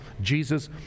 Jesus